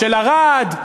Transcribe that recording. של ערד,